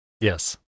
Yes